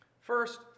First